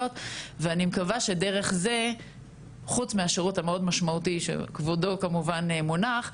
ואני מקווה שדרך זה חוץ מהשירות המאוד משמעותי שכבודו כמובן מונח,